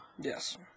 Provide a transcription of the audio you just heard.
Yes